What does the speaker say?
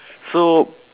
so